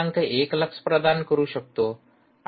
१ lux प्रदान करू शकतो असा विचार करतो